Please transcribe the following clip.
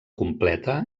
completa